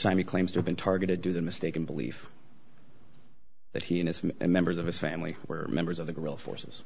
time he claims to have been targeted to the mistaken belief that he and his members of his family were members of the real forces